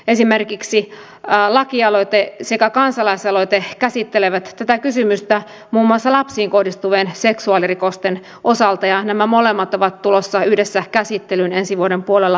esimerkiksi allakialoite sekä kansalaisaloite käsittelevät tätä kysymystä muun muassa lapsiin hallitus on käynnistänyt julkisten palveluiden digitalisointia koskevan kärkihankkeen johon osoitetaan ensi vuoden puolella